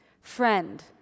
Friend